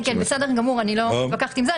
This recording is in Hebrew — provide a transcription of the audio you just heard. כן, כן, בסדר גמור, אני לא מתווכחת עם זה.